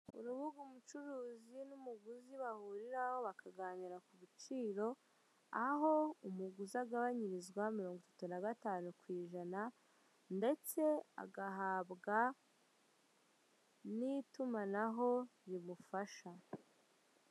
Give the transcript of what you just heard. Urubuga umucuruzi n'umuguzi bahuriraho bakaganira ku biciro, aho umuguzi agabanyirizwa mirongo itatu na gatanu ku ijana ndetse agahabwa n'itumanaho rimufasha.